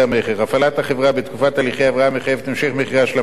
הפעלת החברה בתקופת הליכי הבראה מחייבת המשך מכירה של המלאי,